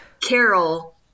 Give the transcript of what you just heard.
Carol